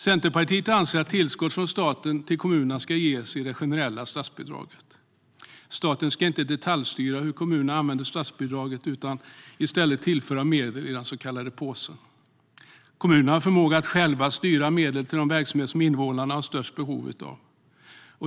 Centerpartiet anser att tillskott från staten till kommunerna ska ges i de generella statsbidragen. Staten ska inte detaljstyra hur kommuner använder statsbidrag utan i stället tillföra medel i den så kallade påsen. Kommunerna har förmåga att själva styra medel till de verksamheter som invånarna har störst behov av.